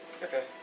Okay